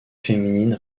féminine